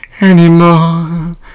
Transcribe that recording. anymore